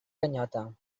ganyota